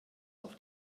auf